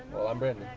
well i'm brandon.